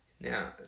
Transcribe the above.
Now